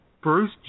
Bruce